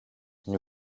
nie